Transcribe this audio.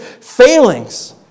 failings